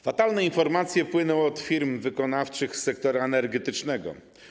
Fatalne informacje płyną od firm wykonawczych z sektora energetycznego.